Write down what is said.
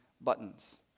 buttons